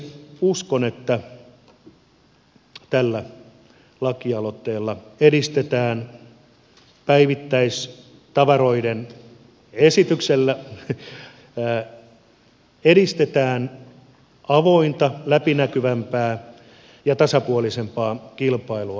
uskon että tällä lakialoitteella edistetään päivittäistavaroiden esityksellä edistetään avointa läpinäkyvämpää ja tasapuolisempaan kilpailu